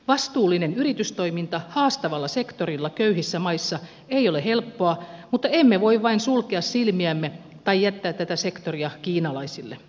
vastuullinen yritystoiminta haastavalla sektorilla köyhissä maissa ei ole helppoa mutta emme voi vain sulkea silmiämme tai jättää tätä sektoria kiinalaisille